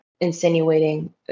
insinuating